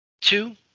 two